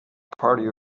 party